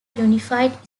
unified